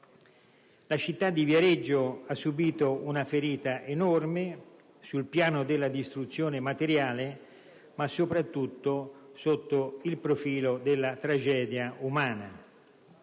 La città di Viareggio ha subito una ferita enorme sul piano della distruzione materiale, ma soprattutto sotto il profilo della tragedia umana.